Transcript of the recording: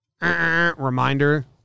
Reminder